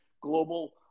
global